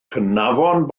cnafon